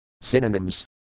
Synonyms